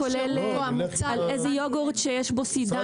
על איזה יוגורט שיש בו סידן --- שאת מבינה